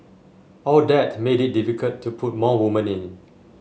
all that made it difficult to put more women in